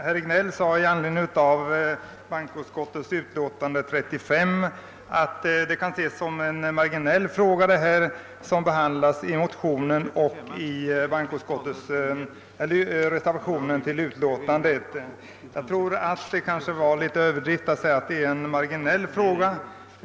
Herr talman! Herr Regnéll sade att det som behandlas i motionen och i reservationen till bankoutskottets utlåtande nr 35 kan ses som en marginell fråga. Jag tycker att det är litet överdrivet att säga att det är en marginell fråga.